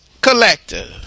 collector